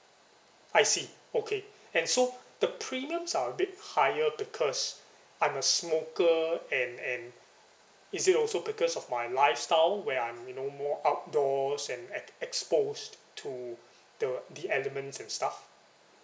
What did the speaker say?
I see okay and so the premiums are a bit higher because I'm a smoker and and is it also because of my lifestyle where I'm you know more outdoors and ex~ exposed to the the elements and stuff